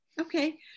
Okay